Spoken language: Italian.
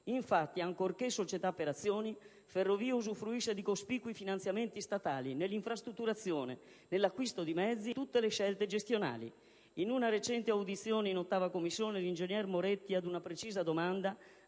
Infatti, ancorché società per azioni, Ferrovie usufruisce di cospicui finanziamenti statali nell'infrastrutturazione, nell'acquisto di mezzi ed in tutte le scelte gestionali. In una recente audizione in 8a Commissione, l'ingegner Moretti, ad una precisa domanda